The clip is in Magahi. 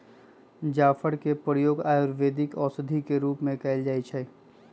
जाफर के प्रयोग आयुर्वेदिक औषधि के रूप में कएल जाइ छइ